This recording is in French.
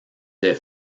des